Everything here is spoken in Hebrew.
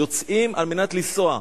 יוצאים על מנת לנסוע,